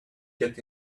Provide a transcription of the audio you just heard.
get